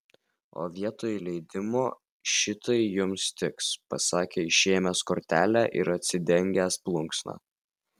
o vietoj leidimo šitai jums tiks pasakė išėmęs kortelę ir atsidengęs plunksną